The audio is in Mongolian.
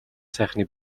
сайхны